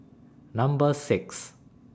Number six